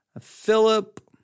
Philip